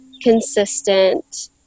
consistent